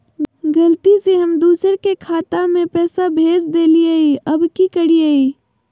गलती से हम दुसर के खाता में पैसा भेज देलियेई, अब की करियई?